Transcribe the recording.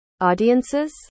audiences